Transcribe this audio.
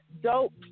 dope